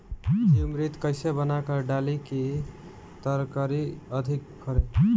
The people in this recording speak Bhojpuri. जीवमृत कईसे बनाकर डाली की तरकरी अधिक फरे?